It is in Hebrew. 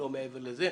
לא מעבר לזה.